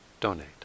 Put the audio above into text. donate